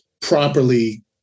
properly